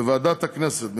בוועדת הכנסת,